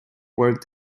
worked